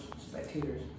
spectators